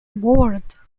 board